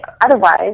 Otherwise